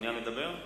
מעוניין לדבר?